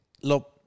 lo